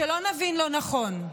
שלא נבין לא נכון,